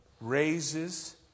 raises